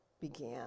began